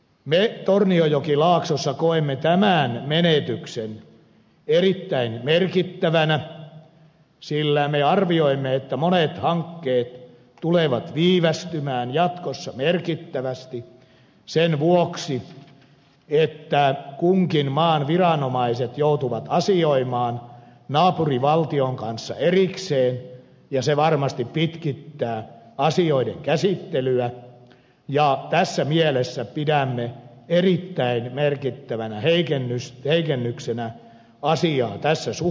me tornionjokilaaksossa koemme tämän menetyksen erittäin merkittävänä sillä me arvioimme että monet hankkeet tulevat viivästymään jatkossa merkittävästi sen vuoksi että kunkin maan viranomaiset joutuvat asioimaan naapurivaltion kanssa erikseen ja se varmasti pitkittää asioiden käsittelyä ja pidämme erittäin merkittävänä heikennyksenä asiaa tässä suhteessa